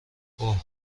اوه